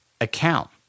account